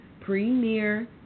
premier